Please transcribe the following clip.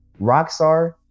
Rockstar